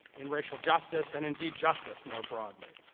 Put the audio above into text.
in racial justice, and indeed justice, more broadly.